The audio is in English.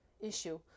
issue